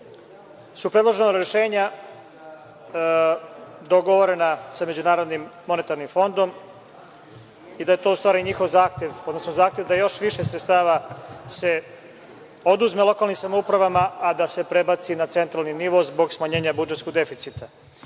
su predložena rešenja dogovorena sa MMF i da je to u stvari njihov zahtev, odnosno zahtev da još više sredstava se oduzme lokalnim samoupravama, a da se prebaci na centralni nivo zbog smanjenja budžetskog deficita.